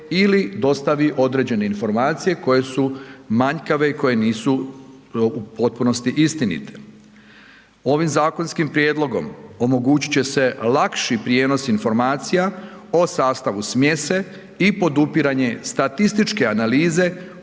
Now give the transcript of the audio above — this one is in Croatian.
ili dostavi određene informacije koje su manjkave i koje nisu u potpunosti istinite. Ovim zakonskim prijedlogom omogućit će se lakši prijenos informacija o sastavu smjese i podupiranje statističke analize